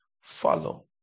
follow